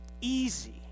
easy